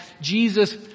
Jesus